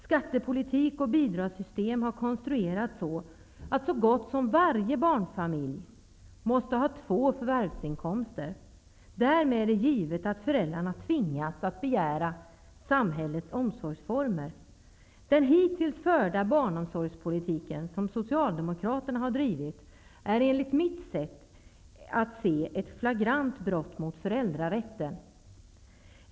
Skattepolitik och bidragssystem har konstruerats så att så gott som varje barnfamilj måste ha två förvärvsinkomster. Därmed är det givet att föräldrarna tvingats att begära samhällets omsorgsformer. Den hittills förda barnomsorgspolitiken, som Socialdemokraterna har drivit, är enligt mitt sätt att se ett flagrant brott mot föräldrarätten!